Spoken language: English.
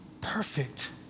perfect